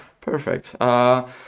Perfect